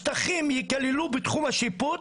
השטחים יכללו בתחום השיפוט